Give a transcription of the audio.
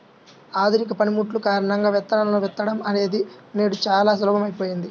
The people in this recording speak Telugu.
ఆధునిక పనిముట్లు కారణంగా విత్తనాలను విత్తడం అనేది నేడు చాలా సులభమైపోయింది